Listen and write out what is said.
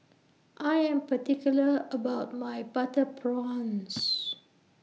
I Am particular about My Butter Prawns